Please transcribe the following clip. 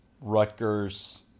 Rutgers